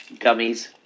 Gummies